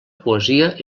poesia